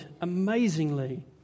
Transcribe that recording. amazingly